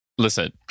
Listen